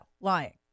lying